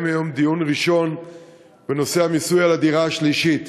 היום דיון ראשון בנושא המיסוי על דירה שלישית.